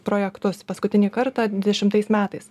projektus paskutinį kartą dvidešimtais metais